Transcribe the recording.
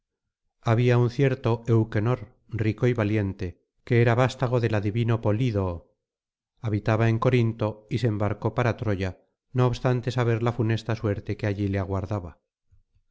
había un cierto euquenor rico y valiente que era vastago del adivino poliido habitaba en corinto y se embarcó para troya no obstante saber la funesta suerte que allí le aguardaba